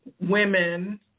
women